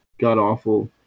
god-awful